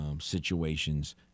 Situations